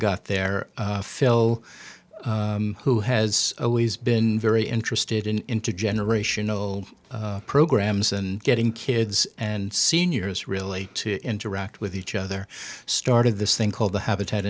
got there phil who has always been very interested in intergenerational programs and getting kids and seniors really to interact with each other started this thing called the habitat